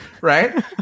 Right